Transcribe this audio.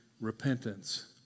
repentance